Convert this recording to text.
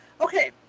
Okay